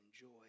enjoy